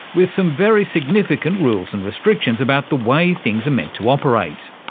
with some very significant rules and restrictions about the way things are meant to operate.